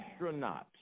Astronauts